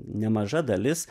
nemaža dalis